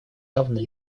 явно